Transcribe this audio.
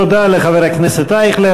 תודה לחבר הכנסת אייכלר.